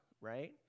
right